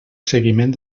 seguiment